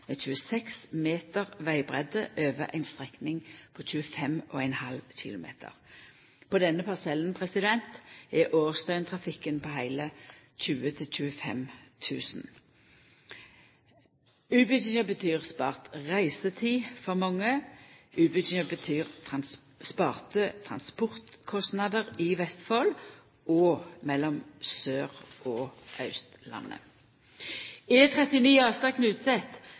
26 meter vegbreidde over ei strekning på 25,5 km. På denne parsellen er årsdøgntrafikken på heile 20 000–25 000. Utbygginga betyr spart reisetid for mange. Utbygginga betyr sparte transportkostnader i Vestfold og mellom Sør- og Austlandet. Prosjektet E39 Astad–Knutset er